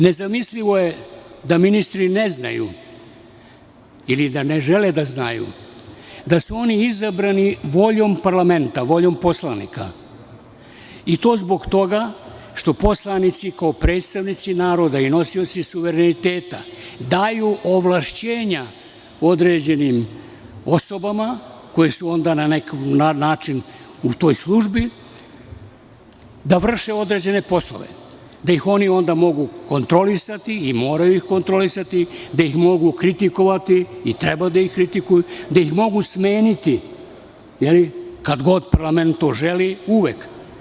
Nezamislivo je da ministri ne znaju ili da ne žele da znaju da su oni izabrani voljom parlamenta, voljom poslanika i to zbog toga što poslanici kao predstavnici naroda i nosioci suvereniteta daju ovlašćenja određenim osobama koje su u toj službi da vrše određene poslove, da ih oni onda mogu kontrolisati i moraju ih kontrolisati, da ih mogu kritikovati i treba da ih kritikuju, da ih mogu smeniti kad god parlament to želi, uvek.